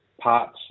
parts